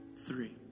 Three